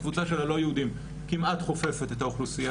הקבוצה של הלא יהודים כמעט חופפת את האוכלוסייה